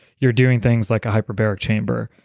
you're doing thinks like a hyperbaric chamber,